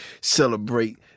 celebrate